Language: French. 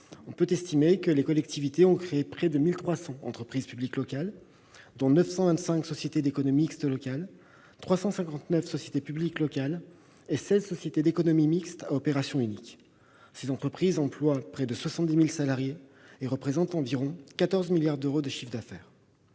publiques locales, les collectivités ont créé près de 1 300 entreprises publiques locales, dont 925 sociétés d'économie mixte locales, 359 sociétés publiques locales et 16 sociétés d'économie mixte à opération unique. Ces entreprises emploient près de 70 000 salariés et représentent environ 14 milliards d'euros de chiffre d'affaires.